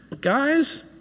guys